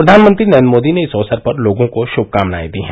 प्रधानमंत्री नरेन्द्र मोदी ने इस अवसर पर लोगों को शुभकामनायें दी हैं